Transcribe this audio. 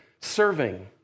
serving